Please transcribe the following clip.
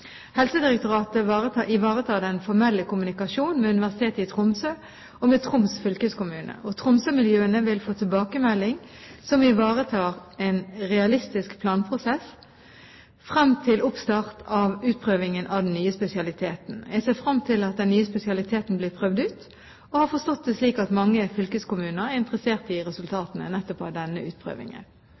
Helsedirektoratet ivaretar den formelle kommunikasjonen med Universitetet i Tromsø og med Troms fylkeskommune. Tromsø-miljøene vil få tilbakemelding som ivaretar en realistisk planprosess frem til oppstart av utprøvingen av den nye spesialiteten. Jeg ser frem til at den nye spesialiteten blir prøvd ut, og har forstått det slik at mange fylkeskommuner er interessert i resultatene nettopp av denne utprøvingen.